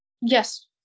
Yes